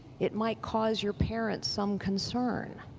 it might cause your parents some concern.